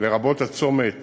לרבות צומת